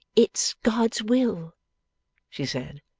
it's god's will she said,